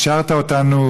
השארת אותנו,